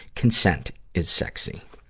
consent is sexy.